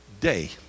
day